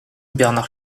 bernard